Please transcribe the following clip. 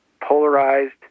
polarized